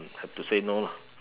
have to say no lah